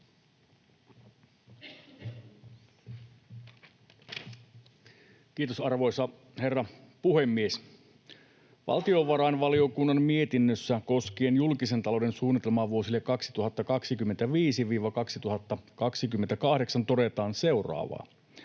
Kiitos, arvoisa herra puhemies! Valtiovarainvaliokunnan mietinnössä koskien julkisen talouden suunnitelmaa vuosille 2025—2028 todetaan seuraavaa: